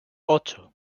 ocho